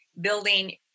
building